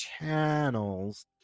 channels